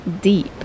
Deep